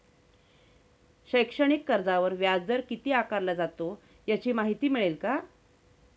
शैक्षणिक कर्जावर व्याजदर किती आकारला जातो? याची माहिती मिळेल का?